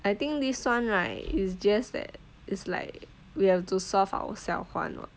I think this [one] right is just that it's like we have to solve ourselves [one] [what]